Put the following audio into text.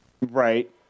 Right